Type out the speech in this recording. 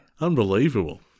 Unbelievable